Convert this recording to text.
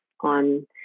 on